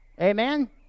amen